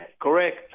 Correct